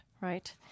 right